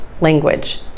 language